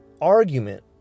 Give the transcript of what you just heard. argument